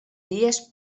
dies